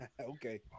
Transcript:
Okay